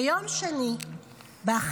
ביום שני ב-23:00,